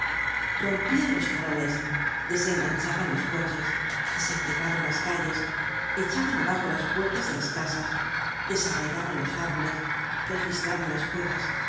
rompian los faroles desenganchábanlos coches desempedraban las calles echaban abajo las puertas de las casas desarraigaban los árboles registraban las cuevas